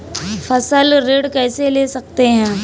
फसल ऋण कैसे ले सकते हैं?